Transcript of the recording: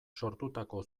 sortutako